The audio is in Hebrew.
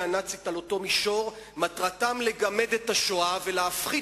הנאצית על אותו מישור מטרתם לגמד את השואה ולהפחית